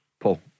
Paul